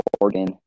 Oregon